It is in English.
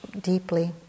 deeply